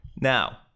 Now